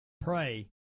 Pray